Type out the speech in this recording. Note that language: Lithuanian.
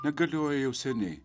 negalioja jau seniai